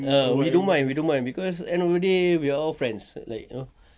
ah we don't mind we don't mind we don't mind cause end of the day we are all friends like you know